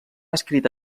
escrita